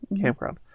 campground